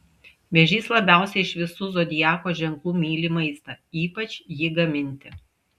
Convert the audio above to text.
vėžys labiausiai iš visų zodiako ženklų myli maistą ypač jį gaminti